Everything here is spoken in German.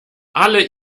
alle